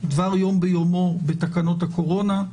דבר יום ביומו בתקנות הקורונה,